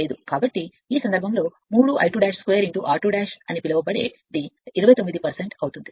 కాబట్టి ఈ సందర్భంలో 3 I2 2 r2 అని పిలవబడేది 8 29 అవుతుంది